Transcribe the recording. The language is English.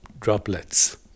droplets